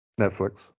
Netflix